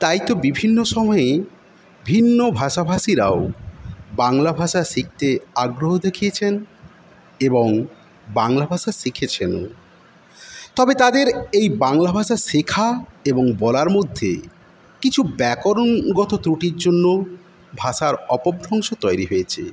তাই তো বিভিন্ন সময়ে ভিন্ন ভাষাভাষীরাও বাংলা ভাষা শিখতে আগ্রহ দেখিয়েছেন এবং বাংলা ভাষা শিখেছেনও তবে তাদের এই বাংলা ভাষা শেখা এবং বলার মধ্যে কিছু ব্যাকরণগত ত্রুটির জন্য ভাষার অপভ্রংশ তৈরি হয়েছে